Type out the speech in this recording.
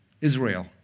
Israel